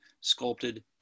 sculpted